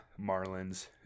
Marlins